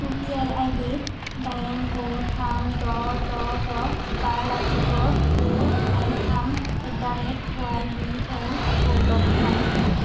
इउपिआइआइदि दाइन गु थाम द' द' द' बा लाथिख' गु नै थाम एट दि रेट वाईबिएलखौ ब्ल'क खालाम